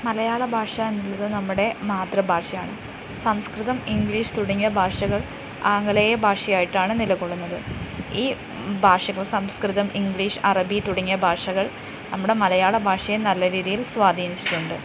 മലയാളഭാഷ എന്നുള്ളത് നമ്മുടെ മാതൃഭാഷയാണ് സംസ്കൃതം ഇംഗ്ലീഷ് തുടങ്ങിയ ഭാഷകൾ ആംഗലേയ ഭാഷയായിട്ടാണ് നിലകൊള്ളുന്നത് ഈ ഭാഷകൾ സംസ്കൃതം ഇംഗ്ലീഷ് അറബി തുടങ്ങിയ ഭാഷകൾ നമ്മുടെ മലയാളഭാഷയെ നല്ല രീതിയിൽ സ്വാധീനിച്ചിട്ടുണ്ട്